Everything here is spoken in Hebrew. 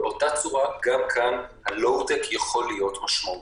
באותה צורה, גם כאן הלואו-טק יכול להיות משמעותי.